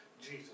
Jesus